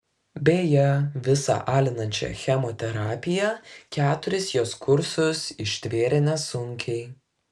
beje visą alinančią chemoterapiją keturis jos kursus ištvėrė nesunkiai